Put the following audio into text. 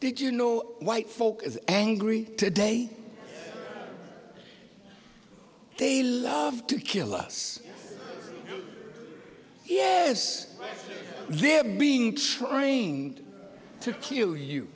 did you know white folk is angry today they love to kill us yes they're being trained to kill you